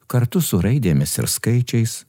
kartu su raidėmis ir skaičiais